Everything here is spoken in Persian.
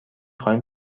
خواهیم